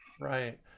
right